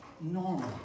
normal